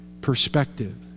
perspective